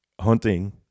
hunting